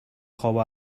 خوابو